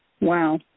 Wow